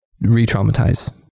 re-traumatize